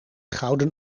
gouden